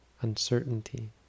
Uncertainty